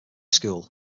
school